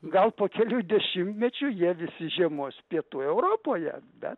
gal po kelių dešimtmečių jie visi žiemos pietų europoje bet